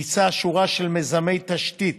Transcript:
ביצע שורה של מיזמי תשתית